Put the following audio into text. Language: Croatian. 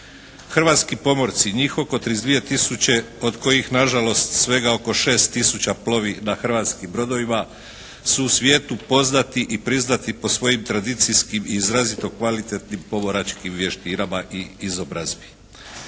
Hrvatski pomorci, njih oko 32 tisuće od kojih na žalost svega oko 6 tisuća plovi na hrvatskim brodovima, su u svijetu poznati i priznati po svojim tradicijskim i izrazito kvalitetnim pomoračkim vještinama i izobrazbi.